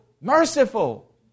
merciful